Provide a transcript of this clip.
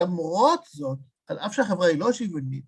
למרות זאת, על אף שהחברה היא לא שיוויונית.